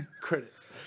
credits